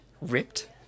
ripped